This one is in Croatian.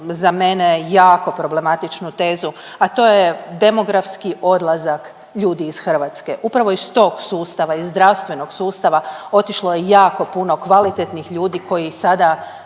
za mene jako problematičnu tezu, a to je demografski odlazak ljudi iz Hrvatske upravo iz tog sustava, iz zdravstvenog sustava otišlo je jako puno kvalitetnih ljudi koji sada